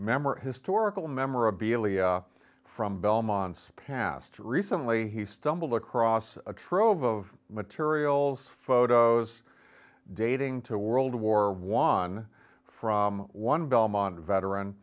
memory historical memorabilia from belmont's past recently he stumbled across a trove of materials photos dating to world war one from one belmont veteran